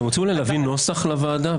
אתם רוצים אולי להביא נוסח לוועדה?